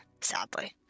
sadly